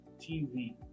TV